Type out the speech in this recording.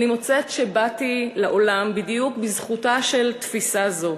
אני מוצאת שבאתי לעולם בדיוק בזכותה של תפיסה זאת.